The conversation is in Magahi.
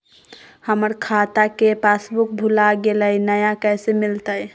हमर खाता के पासबुक भुला गेलई, नया कैसे मिलतई?